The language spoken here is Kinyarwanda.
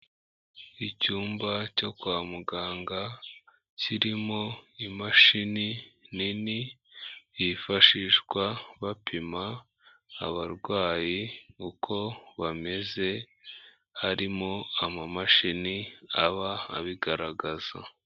Icyumba cyo kwa muganga kirimo imashini nini, yifashishwa bapima abarwayi uko bameze, harimo amamashini aba abigaragaza.